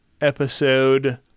episode